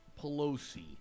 Pelosi